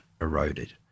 eroded